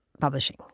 publishing